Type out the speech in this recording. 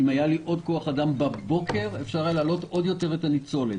אם היה לי עוד כוח אדם בבוקר אפשר היה להעלות עוד יותר את הניצולת.